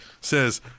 says